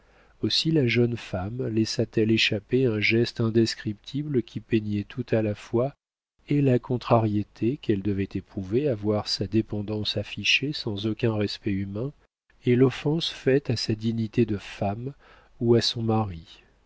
aussi la jeune femme laissa t elle échapper un geste indescriptible qui peignait tout à la fois et la contrariété qu'elle devait éprouver à voir sa dépendance affichée sans aucun respect humain et l'offense faite à sa dignité de femme ou à son mari